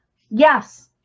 Yes